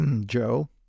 Joe